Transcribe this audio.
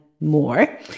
more